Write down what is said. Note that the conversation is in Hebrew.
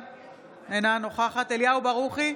נוכחת אליהו ברוכי,